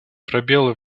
пробелы